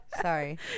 Sorry